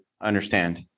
understand